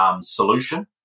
solution